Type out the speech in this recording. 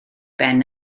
ben